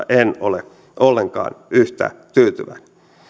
en ole ollenkaan yhtä tyytyväinen